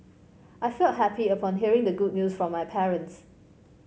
I felt happy upon hearing the good news from my parents